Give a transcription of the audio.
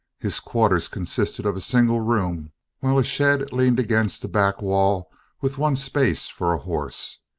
his quarters consisted of a single room while a shed leaned against the back wall with one space for a horse,